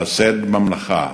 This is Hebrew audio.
לשאת במלאכה,